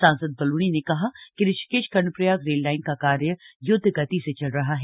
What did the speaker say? सांसद बलूनी ने कहा कि ऋषिकेश कर्णप्रयाग रेल लाइन का कार्य युद्ध गति से चल रहा है